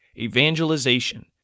evangelization